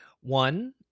one